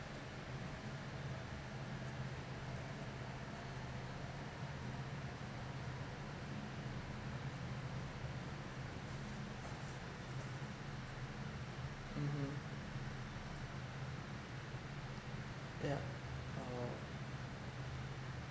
mmhmm yeah I will